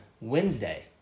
Wednesday